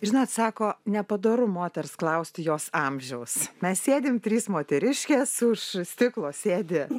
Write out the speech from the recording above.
žinot sako nepadoru moters klausti jos amžiaus mes sėdim trys moteriškės už stiklo sėdi